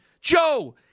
Joe